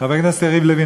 חבר הכנסת יריב לוין,